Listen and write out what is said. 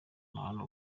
ruhando